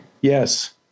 Yes